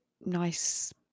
nice